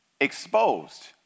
Exposed